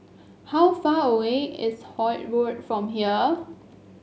how far away is Holt Road from here